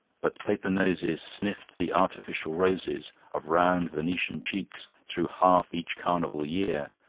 but paper noses sniffed the artificial roses of round venetian cheeks through half each carnival year,